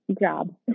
job